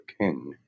king